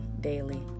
daily